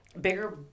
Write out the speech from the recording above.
bigger